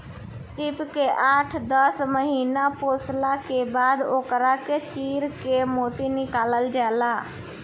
सीप के आठ दस महिना पोसला के बाद ओकरा के चीर के मोती निकालल जाला